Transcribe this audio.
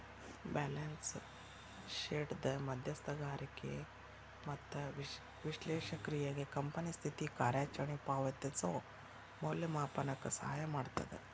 balance ಶೇಟ್ದ್ ಮಧ್ಯಸ್ಥಗಾರಿಗೆ ಮತ್ತ ವಿಶ್ಲೇಷಕ್ರಿಗೆ ಕಂಪನಿ ಸ್ಥಿತಿ ಕಾರ್ಯಚರಣೆ ಪಾವತಿಸೋ ಮೌಲ್ಯಮಾಪನಕ್ಕ ಸಹಾಯ ಮಾಡ್ತದ